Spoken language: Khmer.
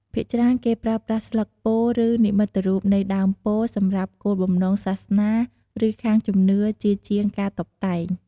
ភាគច្រើន គេប្រើប្រាស់ស្លឹកពោធិ៍ ឬនិមិត្តរូបនៃដើមពោធិ៍សម្រាប់គោលបំណងសាសនា ឬខាងជំនឿជាជាងការតុបតែង។